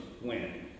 win